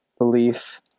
Belief